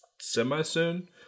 semi-soon